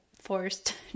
forced